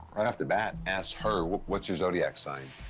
right off the bat, asks her, what's your zodiac sign?